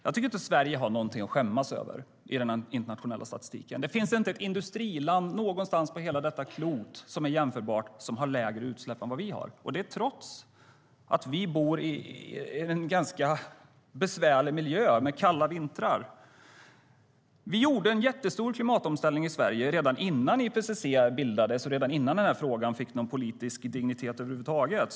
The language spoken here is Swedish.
Jag tycker inte att Sverige har något att skämmas över i den internationella statistiken. Det finns inte ett enda jämförbart industriland på hela detta klot som har lägre utsläpp än vad Sverige har. Det är trots att Sverige har en besvärlig miljö med kalla vintrar. Det gjordes en stor klimatomställning i Sverige redan innan IPCC bildades och redan innan frågan fick en politisk dignitet över huvud taget.